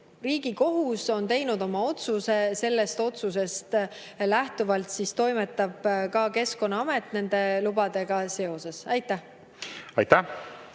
Riigikohus on teinud oma otsuse, sellest otsusest lähtuvalt toimetab ka Keskkonnaamet nende lubadega seoses. Aitäh! Meie